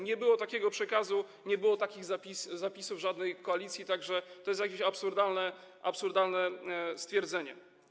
Nie było takiego przekazu, nie było takich zapisów, żadnej koalicji, tak że to jest jakieś absurdalne stwierdzenie.